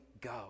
go